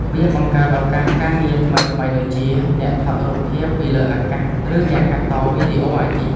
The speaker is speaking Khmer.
វាបង្កើតឱកាសការងារថ្មីៗដូចជា អ្នកថតរូបភាពពីលើអាកាស ឬអ្នកកាត់តវីដេអូអាជីព។